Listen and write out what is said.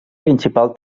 principal